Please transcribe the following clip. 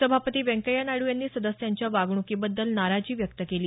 सभापती व्यंकय्या नायडू यांनी सदस्यांच्या वागणुकीबद्दल नाराजी व्यक्त केली